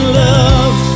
love